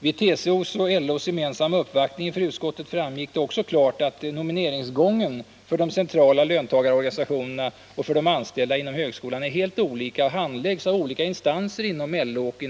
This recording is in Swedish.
Vid TCO:s och LO:s gemensamma uppvaktning inför utskottet framgick det också klart att nomineringsgången för de centrala löntagarrepresentanterna och för de anställda inom högskolan är helt olika och handläggs av olika instanser inom LO och TCO.